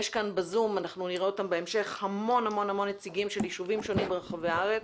ב-זום נראה בהמשך המון נציגים של ישובים שונים ברחבי הארץ.